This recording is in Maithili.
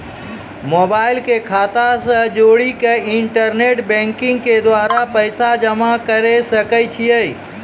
मोबाइल के खाता से जोड़ी के इंटरनेट बैंकिंग के द्वारा पैसा जमा करे सकय छियै?